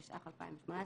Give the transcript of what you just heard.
התשע"ח-2018,